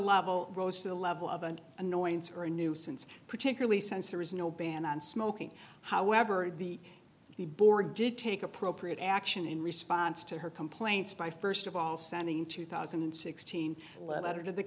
level rose to the level of an annoyance or a nuisance particularly censor is no ban on smoking however the the board did take appropriate action in response to her complaints by st of all sending two thousand and sixteen letter to the